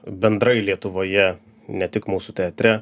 bendrai lietuvoje ne tik mūsų teatre